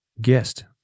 guest